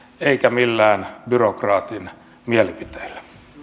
eikä millään byrokraatin mielipiteillä